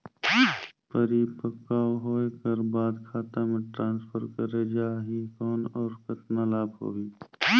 परिपक्व होय कर बाद खाता मे ट्रांसफर करे जा ही कौन और कतना लाभ होही?